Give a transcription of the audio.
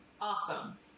Awesome